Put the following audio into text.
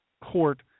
court